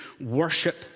worship